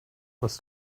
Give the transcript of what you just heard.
was